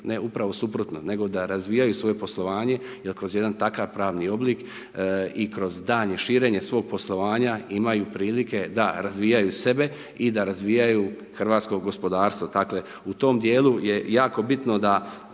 ne upravo suprotno, nego da razvijaju svoje poslovanje jer kroz jedan takav pravni oblik i kroz daljnje širenje svog poslovanja imaju prilike da razvijaju sebe i da razvijaju hrvatsko gospodarstvo. Dakle u tom dijelu je jako bitno da